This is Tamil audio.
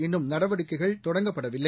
இன்னும் நடவடிக்கைகள் தொடங்கப்படவில்லை